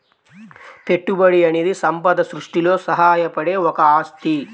పెట్టుబడి అనేది సంపద సృష్టిలో సహాయపడే ఒక ఆస్తి